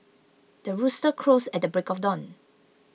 the rooster crows at the break of dawn